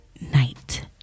night